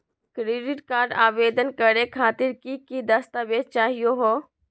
Credit card आवेदन करे खातिर की की दस्तावेज चाहीयो हो?